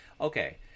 okay